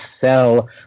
sell